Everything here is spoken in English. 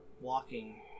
walking